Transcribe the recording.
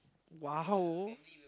!wow!